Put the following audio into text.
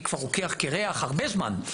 אני כבר רוקח קירח הרבה זמן.